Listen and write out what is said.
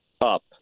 up